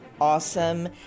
awesome